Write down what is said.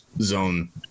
zone